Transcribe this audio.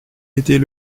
était